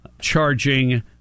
charging